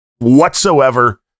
whatsoever